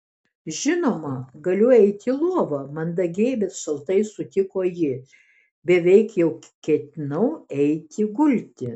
žinoma galiu eiti į lovą mandagiai bet šaltai sutiko ji beveik jau ketinau eiti gulti